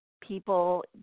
people